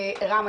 רם,